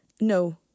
no